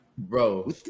Bro